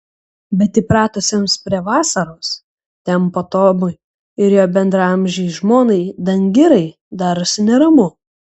bet įpratusiems prie vasaros tempo tomui ir jo bendraamžei žmonai dangirai darosi neramu